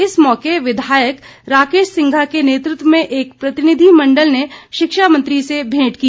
इस मौके विधायक राकेश सिंघा के नेतृत्व में एक प्रतिनिधिमण्डल ने शिक्षा मंत्री से भेंट की